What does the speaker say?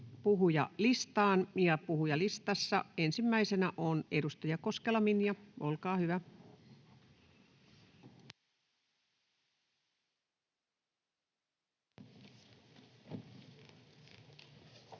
puhujalistassa ensimmäisenä on edustaja Koskela, Minja, olkaa hyvä.